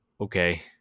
okay